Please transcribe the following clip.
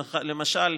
למשל,